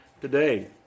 today